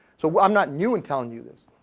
so i'm not new in telling you this.